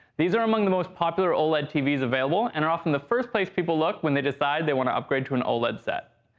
these are among the most popular oled tvs available and are often the first place people look when they decide they want to upgrade to an oled set.